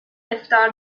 افطار